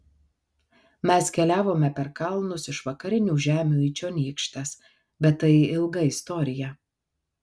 mes keliavome per kalnus iš vakarinių žemių į čionykštes bet tai ilga istorija